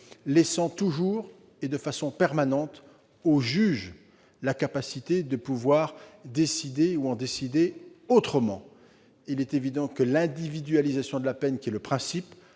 laissant toujours, et de façon permanente, au juge la capacité de pouvoir décider autrement. Il est évident que l'individualisation de la peine reste le principe